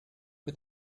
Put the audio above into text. mit